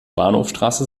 bahnhofsstraße